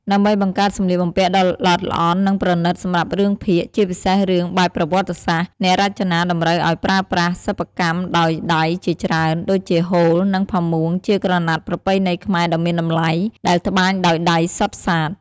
ដើម្បីបង្កើតសម្លៀកបំពាក់ដ៏ល្អិតល្អន់ និងប្រណិតសម្រាប់រឿងភាគ ជាពិសេសរឿងបែបប្រវត្តិសាស្ត្រ អ្នករចនាតម្រូវឱ្យប្រើប្រាស់ សិប្បកម្មដោយដៃជាច្រើន ដូចជាហូល និងផាមួងជាក្រណាត់ប្រពៃណីខ្មែរដ៏មានតម្លៃ ដែលត្បាញដោយដៃសុទ្ធសាធ។